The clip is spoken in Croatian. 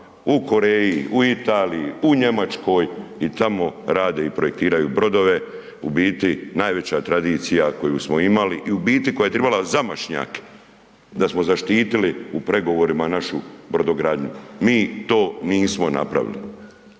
u Koreji, u Italiji, u Njemačkoj, i tamo rade i projektiraju brodove, u biti najveća tradicija koju smo imali i u biti koja bi trebala zamašnjak da smo zaštitili u pregovorima našu brodogradnju, mi to nismo napravili.